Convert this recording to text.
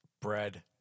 bread